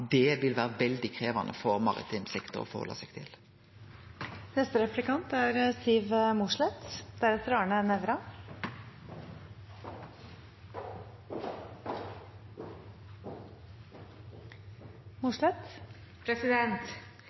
Det ville det vere veldig krevjande for maritim sektor å halde seg